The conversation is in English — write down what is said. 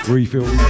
Refill